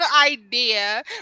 idea